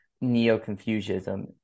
Neo-Confucianism